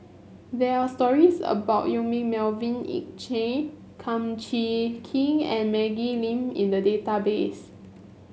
there are stories about Yong Melvin Yik Chye Kum Chee Kin and Maggie Lim in the database